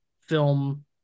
film